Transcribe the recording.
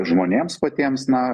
žmonėms patiems na